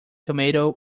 tomatoes